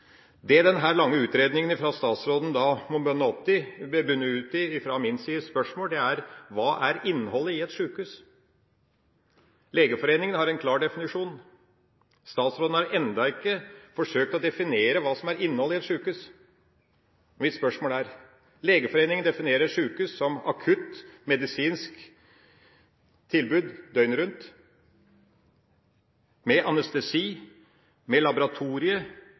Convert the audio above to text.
lange utredninga fra statsråden må munne ut i, er – ut fra mitt spørsmål: Hva er innholdet i et sykehus? Legeforeningen har en klar definisjon. Statsråden har ennå ikke forsøkt å definere hva som er innholdet i et sykehus. Så mitt spørsmål er: Legeforeningen definerer et sykehus som et akutt, medisinsk tilbud døgnet rundt, med anestesi, med